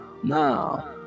Now